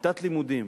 כיתת לימודים,